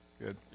Good